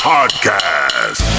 Podcast